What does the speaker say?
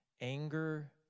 anger